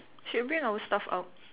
should we bring our stuff out